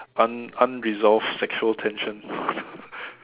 un~ unresolved sexual tensions